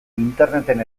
interneten